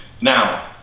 Now